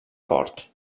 port